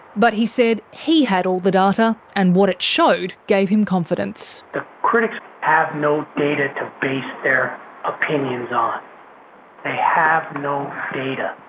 but he said he had all the data, and what it showed gave him confidence. the critics have no data to base their opinions on. they have no data.